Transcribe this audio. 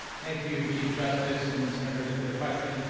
thank you chief justice and senators for the question.